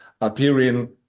appearing